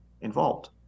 involved